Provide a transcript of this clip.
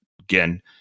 Again